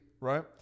right